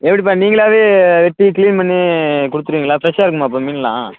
எப்படிப்பா நீங்களாகவே வெட்டி க்ளீன் பண்ணி கொடுத்துருவீங்களா ஃப்ரெஷ்ஷாகருக்குமாப்பா மீன்லாம்